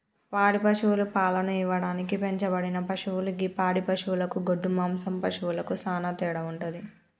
పాడి పశువులు పాలను ఇవ్వడానికి పెంచబడిన పశువులు గి పాడి పశువులకు గొడ్డు మాంసం పశువులకు సానా తేడా వుంటది